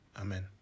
Amen